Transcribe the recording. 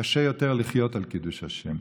קשה יותר לחיות על קידוש השם.